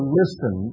listen